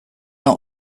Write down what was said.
not